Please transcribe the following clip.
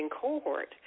cohort